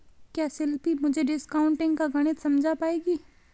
क्या शिल्पी मुझे डिस्काउंटिंग का गणित समझा पाएगी?